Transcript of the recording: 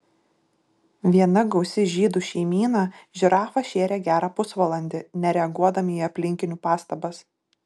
viena gausi žydų šeimyna žirafą šėrė gerą pusvalandį nereaguodami į aplinkinių pastabas